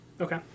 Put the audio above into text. Okay